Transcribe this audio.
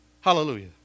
Hallelujah